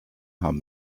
haben